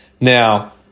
Now